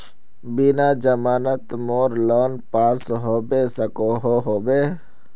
बिना जमानत मोर लोन पास होबे सकोहो होबे?